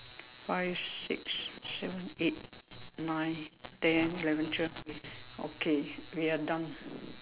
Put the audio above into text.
five six seven eight nine ten eleven twelve okay we are done